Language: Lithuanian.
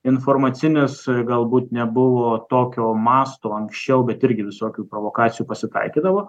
informacinis galbūt nebuvo tokio masto anksčiau bet irgi visokių provokacijų pasitaikydavo